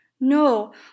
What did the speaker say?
No